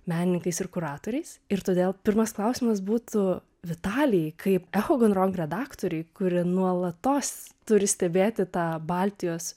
menininkais ir kuratoriais ir todėl pirmas klausimas būtų vitalijai kaip echo gon rong redaktorei kuri nuolatos turi stebėti tą baltijos